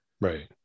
Right